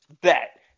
Bet